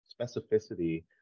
specificity